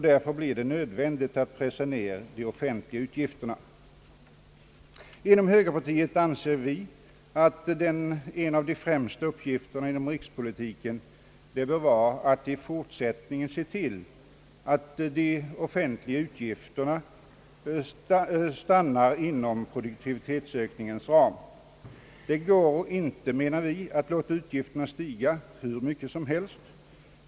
Därför blir det nödvändigt att pressa ned de offentliga utgifterna. Inom högerpartiet anser vi att en av de främsta uppgifterna inom rikspolitiken bör vara att i fortsättningen se till att de offentliga utgifterna stannar inom produktivitetsökningens ram. Det går inte, menar vi, att låta utgifterna stiga hur mycket som helst.